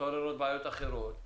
מתעוררות בעיות אחרות.